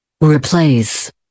Replace